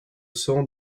son